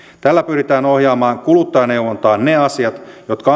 tällä pyritään ohjaamaan kuluttajaneuvontaan ne asiat jotka